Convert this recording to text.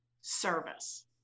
Service